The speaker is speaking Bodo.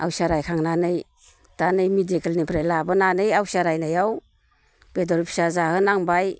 आवसिया रायखांनानै दा नै मेडिकेलनिफ्राय लाबोनानै आवसिया रायनायाव बेदर फिसा जाहोनांबाय